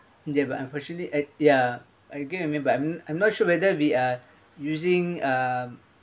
ya but unfortunately I ya I again I mean but I'm I'm not sure whether we are using uh